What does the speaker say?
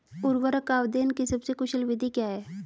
उर्वरक आवेदन की सबसे कुशल विधि क्या है?